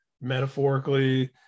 metaphorically